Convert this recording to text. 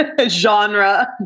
genre